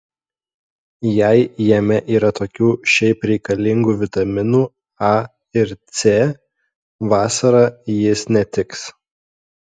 jei jame yra tokių šiaip reikalingų vitaminų a ir c vasarą jis netiks